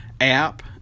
app